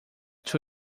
two